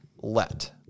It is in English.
Let